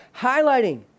highlighting